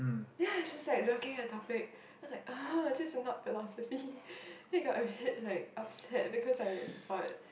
ya I was just like looking at the topic cause like uh this is not philosophy then you got a feel like upset because I thought